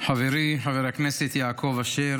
חברי חבר הכנסת יעקב אשר